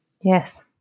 Yes